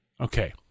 Okay